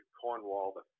cornwall